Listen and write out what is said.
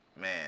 man